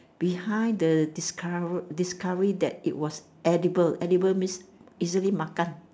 behind the discover~ discovery that it was edible edible means easily makan